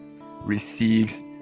receives